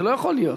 זה לא יכול להיות.